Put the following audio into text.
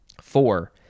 Four